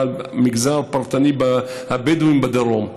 ובפרט במגזר הבדואי בדרום,